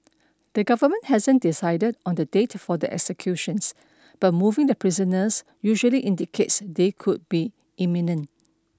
the government hasn't decided on the date for the executions but moving the prisoners usually indicates they could be imminent